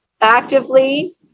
actively